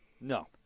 No